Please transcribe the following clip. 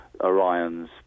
Orion's